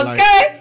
Okay